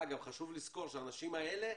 אגב, חשוב לזכור שהאנשים האלה,